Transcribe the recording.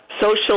Social